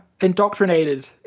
indoctrinated